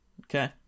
okay